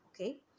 okay